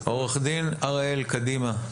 עורך דין הראל, קדימה.